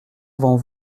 avant